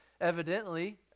evidently